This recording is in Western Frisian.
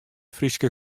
fryske